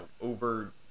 over